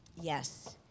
Yes